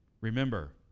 Remember